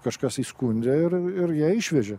kažkas įskundė ir ir ją išvežė